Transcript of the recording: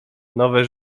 nowe